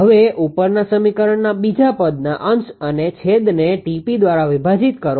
હવે ઉપરના સમીકરણના બીજા પદના અંશ અને છેદને 𝑇𝑝 દ્વારા વિભાજીત કરો